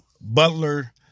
Butler